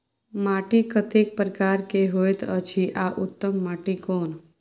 माटी कतेक प्रकार के होयत अछि आ उत्तम माटी कोन?